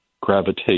gravitate